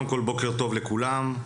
בוקר טוב לכולם,